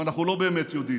אבל אנחנו לא באמת יודעים.